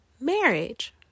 marriage